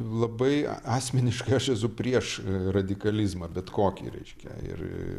labai asmeniškai aš esu prieš radikalizmą bet kokį reiškia ir